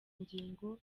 ngingo